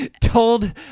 told